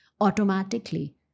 automatically